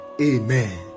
Amen